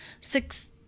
six